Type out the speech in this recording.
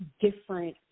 different